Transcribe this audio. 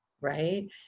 right